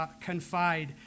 confide